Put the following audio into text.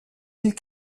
îles